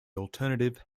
alternative